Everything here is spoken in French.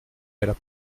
jamais